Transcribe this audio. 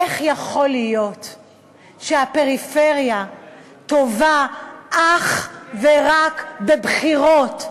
איך יכול להיות שהפריפריה טובה אך ורק בבחירות?